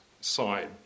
side